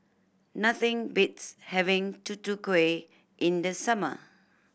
nothing beats having Tutu Kueh in the summer